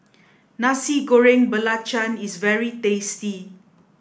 nasi goreng belacan is very tasty